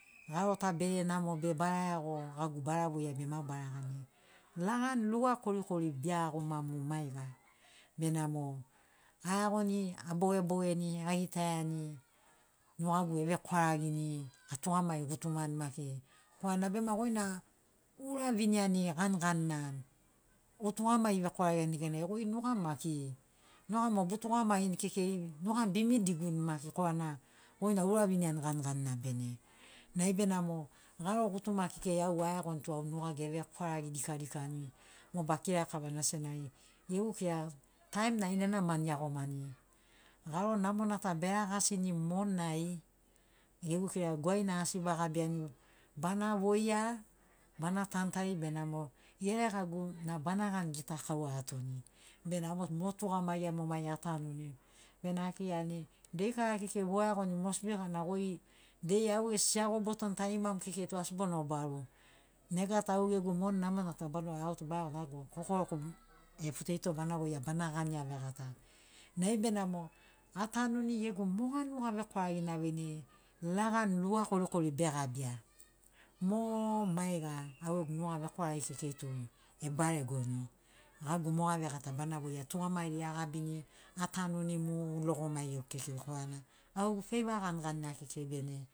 Garo ta bege namo be baraiago gagu bara voia be ma bara gani lagani lua korikori beagoma mu maiga benamo aeagoni abogebogeni agitaiani nugagu evekwaragini atugamagi gutumani maki korana bema goina ouraviniani ganiganina otugamagi vekwaragiani neganai goi nugamu maki noga mo botugamagini kekei nugamu bemidiguni maki korana goina ouraviniani ganiganina bene nai benamo garo gutuma kekei au aeagoni tu au nugagu evekwaragi dikadikani mo bakira kavana senagi gegu kira taim na ainana mani eagomani garo namona ta beragasini monai gegu kira gwaina asi bagabiani bana voia bana tantari benamo geregagu na bana gani gitakaua atoni benamo motu mo tugamagiai mo mai atanuni bena akirani deikara kekei boeagoni mosbi gana goi dei au gesi siago botoni tarimamu kekei tu asi bono baru nega ta au gegu moni namona ta balo autu baeagoni gagu kokoroku e poteto bana voia bana gania vegatana nai benamo atanuni gegu moga nugavekwaragina aveini lagani lua korikori begabia mooooo maiga au gegu nuga vekwaragi kekei tu ebaregoni gagu moga vegatana bana voia tugamagiri agabini atanuni mu. logo maigegu kekei korana au gegu feiva ganiganina kekei bene